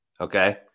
okay